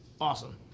awesome